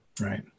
right